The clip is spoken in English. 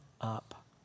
up